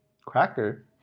Cracker